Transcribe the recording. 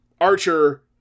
Archer